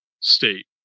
state